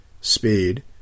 speed